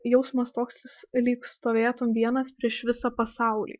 jausmas toks lyg stovėtum vienas prieš visą pasaulį